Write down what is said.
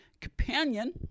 Companion